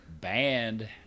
Banned